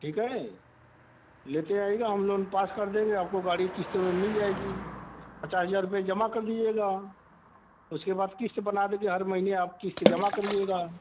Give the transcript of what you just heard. ठीक है लेते आईएगा हम लोन पास कर देंगे आपको गाडी क़िश्त में मिल जाएगी पचास हज़ार रुपये जमा कर दीजिएगा उसके बाद क़िश्त बना देते हैं हर महीने आप क़िश्त जमा करिएगा